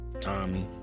Tommy